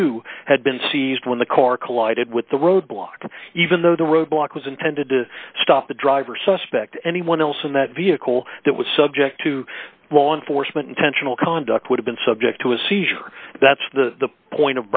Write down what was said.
too had been seized when the car collided with the roadblock even though the roadblock was intended to stop the driver suspect anyone else in that vehicle that was subject to law enforcement intentional conduct would have been subject to a seizure that's the point